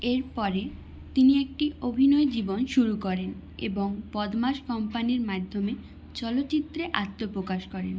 এরপরে তিনি একটি অভিনয় জীবন শুরু করেন এবং বদমাশ কোম্পানির মাধ্যমে চলচ্চিত্রে আত্মপ্রকাশ করেন